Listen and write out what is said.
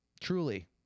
Truly